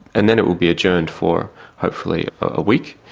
and then it will be adjourned for hopefully a week,